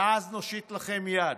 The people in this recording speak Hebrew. ואז נושיט לכם יד,